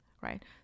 Right